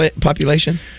population